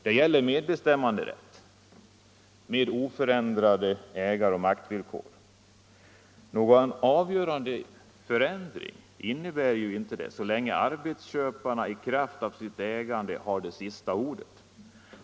Det gäller medbestämmanderätt med oförändrade ägaroch maktvillkor. Någon avgörande förändring innebär inte detta så länge arbetsköparna i kraft av sitt ägande har sista ordet.